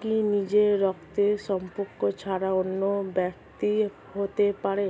কি নিজের রক্তের সম্পর্ক ছাড়া অন্য ব্যক্তি হতে পারে?